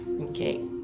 okay